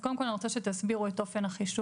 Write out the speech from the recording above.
קודם כול אני רוצה שתסבירו את אופן החישוב,